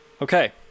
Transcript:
Okay